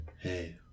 hey